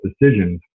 decisions